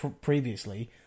previously